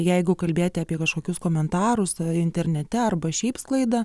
jeigu kalbėti apie kažkokius komentarus internete arba šiaip sklaida